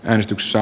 äänestyksessä